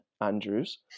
Andrews